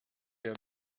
der